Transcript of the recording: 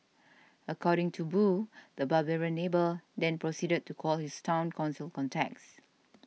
according to Boo the barbarian neighbour then proceeded to call his Town Council contacts